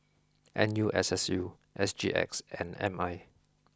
N U S S U S G X and M I